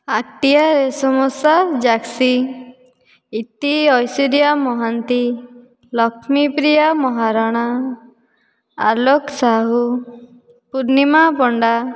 ଆର୍ଟିଆ ରେଶମଶା ଯାକ୍ସି ଇତି ଐସୁରୀୟା ମହାନ୍ତି ଲକ୍ଷ୍ମୀପ୍ରିୟା ମହାରଣା ଆଲୋକ ସାହୁ ପୂର୍ଣ୍ଣିମା ପଣ୍ଡା